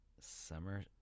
Summer